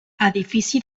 edifici